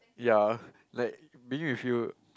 ya like being with you